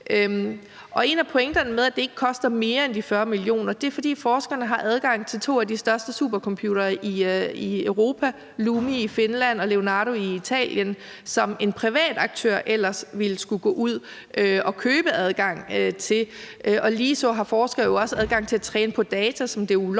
på. En af pointerne med, at det ikke koster mere end de 40 mio. kr., er, at det er, fordi forskerne har adgang til to af de største supercomputere i Europa, LUMI i Finland og Leonardo i Italien, som en privat aktør ellers ville skulle gå ud at købe adgang til. Ligeså har forskere jo også adgang til at træne på data, som det er ulovligt